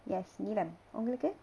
yes நீலம் உங்களுக்கு:neelam ungalukku